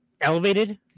elevated